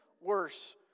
worse